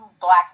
black